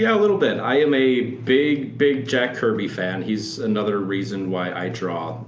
yeah little bit. i am a big, big jack kirby fan. he's another reason why i draw.